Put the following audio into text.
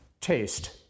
taste